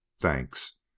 thanks